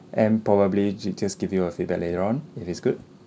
and probably ju~ just give you a feedback later on if it's good